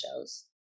shows